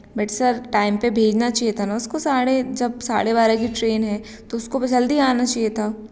but sir time पर भेजना चाहिए था ना उसको साढ़े जब साढ़े बारह की ट्रेन है तो उसको तो जल्दी आना चाहिए था